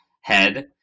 head